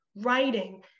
writing